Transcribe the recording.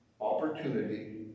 opportunity